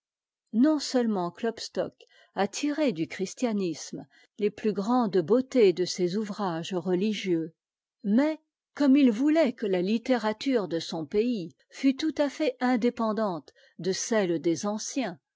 non seulement kiopstoek a tiré du christianisme les plus grandes beautés de ses ouvrages religieux mais comme il voulait que la littérature de son pays fût tout à fait indépendante de celle des anciens